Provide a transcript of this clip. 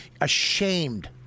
Ashamed